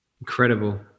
Incredible